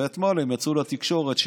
ואתמול הם יצאו לתקשורת.